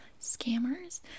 scammers